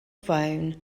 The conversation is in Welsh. fewn